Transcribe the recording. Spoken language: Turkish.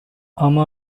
ama